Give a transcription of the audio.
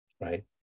right